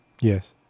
Yes